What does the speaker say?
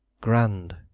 grand